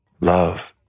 love